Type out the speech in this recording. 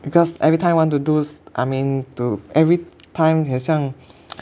because every time want to do I mean to every time 很像